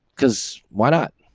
cause why not?